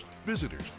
visitors